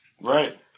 Right